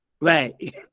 Right